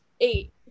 eight